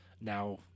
now